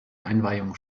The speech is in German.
einweihung